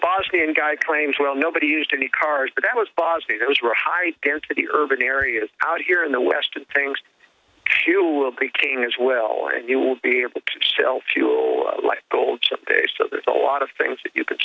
bosnian guy claims well nobody used any cars but that was partially those were high density urban areas out here in the west and things q will be king as well and you will be able to still fuel like gold so there's a lot of things that you could